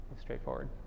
straightforward